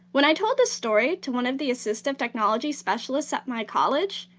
when i told this story to one of the assistive technology specialists at my college,